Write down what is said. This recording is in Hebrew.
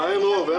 אין רוב.